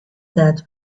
that